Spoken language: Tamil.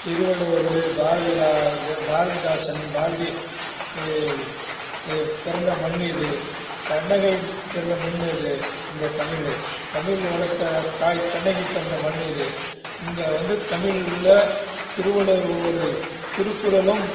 திருவள்ளுவர் பாரதிராஜா பாரதிதாசன் பாரதி பிறந்த மண் இது கண்ணகி பிறந்த மண் இது இந்த தமிழ் தமிழ் வளர்த்த தாய் கண்ணகி பிறந்த மண் இது இங்கே வந்து தமிழ்ல திருவள்ளுவர் ஒவ்வொரு திருக்குறளும்